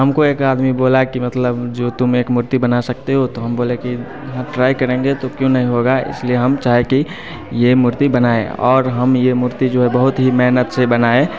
हमको एक आदमी बोला कि मतलब जो तुम एक मूर्ति बना सकते हो तो हम बोले कि ट्राई करेंगे तो क्यों नहीं होगा इसलिए हम चाहे की ये मूर्ति बनाएं और हम ये मूर्ति जो है बहुत ही मेहनत से बनाए